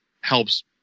helps